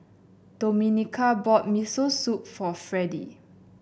Domenica bought Miso Soup for Fredy